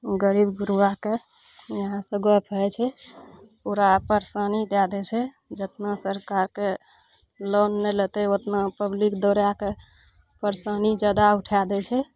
गरीब गुरुआके यहाँसँ गप होइ छै पूरा परेशानी दए दै छै जतना सरकारके लोन नहि लेतय ओतना पब्लिक दौड़यके परेशानी जादा उठा दै छै